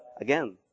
again